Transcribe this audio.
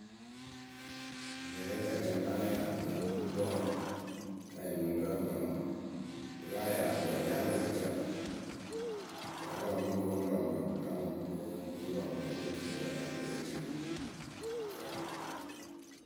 nyɛrɛnyɛrɛyǝ láa yaa nǝ gukpǝǝ ka nyɩŋ mɨŋkǝ́ ǝmǝ pɨ láa yaa gbǝǝnyaŋrǝ kɨtǝ láa lɔ mɨ ŋ ko ŋ lɔ ŋ pǝ láa lɔ mɨ ŋ ko ŋ lɔ ŋ pǝ o po turu ŋwe wǝ ya wǝ lée yee nǝ fɛɛwǝ.